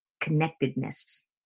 connectedness